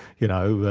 you know,